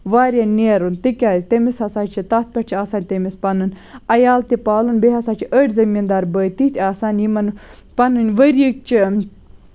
واریاہ نیرُن تِکیازِ تٔمِس ہسا چھِ تَتھ پٮ۪ٹھ چھُ آسان تٔمِس پَنُن عیال تہِ پالُن بیٚیہِ ہسا چھُ أڈۍ زٔمیٖن دار بٲے تَتھۍ آسان یِمن پَنٕنۍ ؤریہِ چٮ۪ن